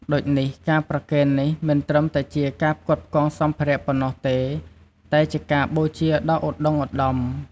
ដូចនេះការប្រគេននេះមិនត្រឹមតែជាការផ្គត់ផ្គង់សម្ភារៈប៉ុណ្ណោះទេ តែជាការបូជាដ៏ឧត្តុង្គឧត្តម។